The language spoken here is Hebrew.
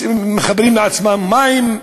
מחברים לעצמם מים,